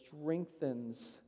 strengthens